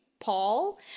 paul